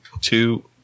two